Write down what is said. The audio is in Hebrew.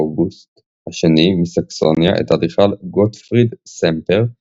אוגוסט השני מסכסוניה את האדריכל גוטפריד סמפר,